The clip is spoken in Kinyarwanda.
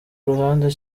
ruhande